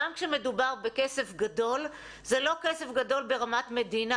גם כשמדובר בכסף גדול זה לא כסף גדול ברמת מדינה,